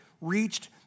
reached